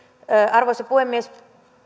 arvoisa puhemies